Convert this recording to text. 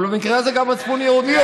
אבל במקרה הזה גם מצפון יהודי,